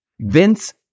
Vince